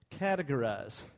categorize